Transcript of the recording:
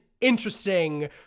interesting